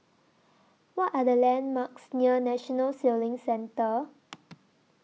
What Are The landmarks near National Sailing Centre